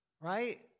right